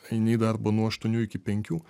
eini į darbą nuo aštuonių iki penkių